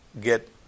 get